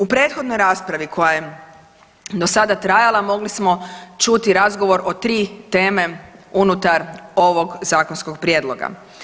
U prethodnoj raspravi koja je do sada trajala mogli smo čuti razgovor o tri teme unutar ovog zakonskog prijedloga.